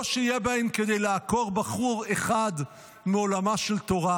לא שיהיה בהן כדי לעקור בחור אחד מעולמה של תורה,